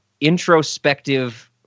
introspective